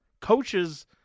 coaches